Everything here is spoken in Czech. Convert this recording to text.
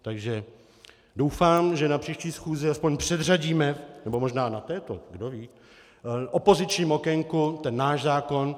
Takže doufám, že na příští schůzi aspoň předřadíme, nebo možná na této, kdo ví, v opozičním okénku ten náš zákon.